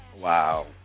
Wow